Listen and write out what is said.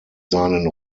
seinen